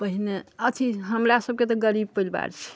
पहिने अथी हमरा सबके तऽ गरीब परिवार छी